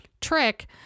trick